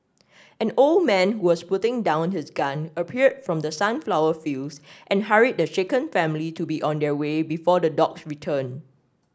an old man was putting down his gun appeared from the sunflower fields and hurried the shaken family to be on their way before the dogs return